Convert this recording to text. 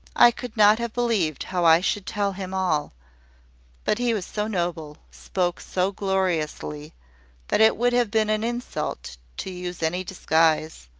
i could not have believed how i should tell him all but he was so noble spoke so gloriously that it would have been an insult to use any disguise.